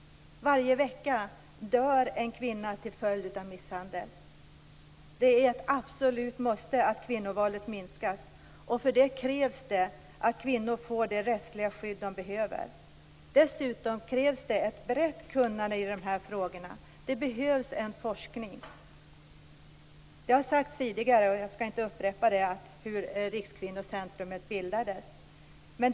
Varje vecka dör en kvinna till följd av misshandel. Det är ett absolut måste att kvinnovåldet minskas, och för det krävs att kvinnor får det rättsliga skydd de behöver. Dessutom krävs ett brett kunnande i de här frågorna. Det behövs forskning. Det har sagts tidigare hur Rikskvinnocentrum bildades. Jag skall inte upprepa det.